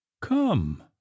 Come